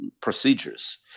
procedures